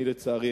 לצערי,